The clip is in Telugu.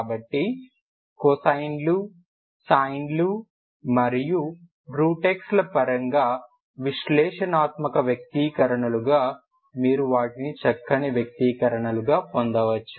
కాబట్టి కొసైన్లు సైన్లు మరియు x ల పరంగా విశ్లేషణాత్మక వ్యక్తీకరణలుగా మీరు వాటిని చక్కని వ్యక్తీకరణలుగా పొందవచ్చు